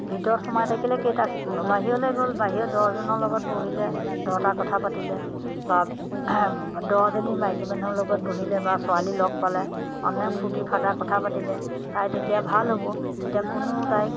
ভিতৰত সোমাই থাকিলে কেইটা শিকিব বাহিৰলৈ গ'ল বাহিৰৰ দহজনৰ লগত বহিলে দহটা কথা পাতিলে বা দহজনী মাইকী মানুহৰ লগত বহিলে বা ছোৱালী লগ পালে অনেক ফূৰ্তি ফাৰ্তা কথা পাতিলে তাই তেতিয়া ভাল হ'ব তেতিয়া কোনো তাইক